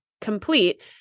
complete